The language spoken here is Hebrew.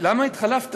למה התחלפת?